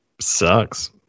sucks